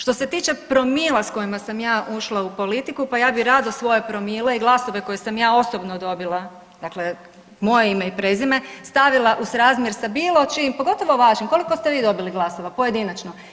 Što se tiče promila s kojima sam ja ušla u politiku, pa ja bih rado svoje promile i glasove koje sam ja osobno dobila, dakle moje ime i prezime stavila u srazmjer sa bilo čijim, pogotovo vašim, koliko ste vi dobili glasova pojedinačno?